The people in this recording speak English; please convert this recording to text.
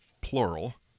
plural